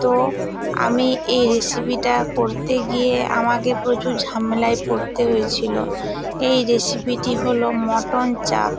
তো আমি এ রেসিপিটা করতে গিয়ে আমাকে প্রচুর ঝামেলায় পড়তে হয়েছিল এই রেসিপিটি হল মটন চাঁপ